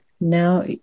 Now